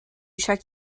check